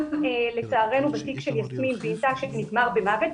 לצערנו גם בתיק של יסמין וינטה שנגמר במוות,